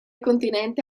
continente